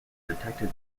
detected